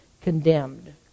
condemned